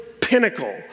pinnacle